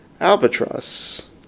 Albatross